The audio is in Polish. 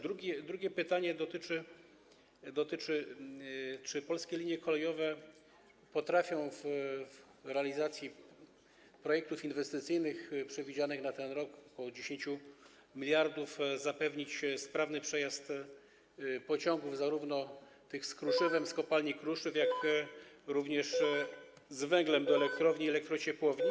Drugie pytanie dotyczy tego, czy Polskie Linie Kolejowe potrafią w ramach realizacji projektów inwestycyjnych przewidzianych na ten rok - ok. 10 mld - zapewnić sprawny przejazd pociągów, zarówno tych z kruszywem z kopalni kruszyw, jak i tych z węglem do elektrowni i elektrociepłowni.